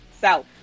south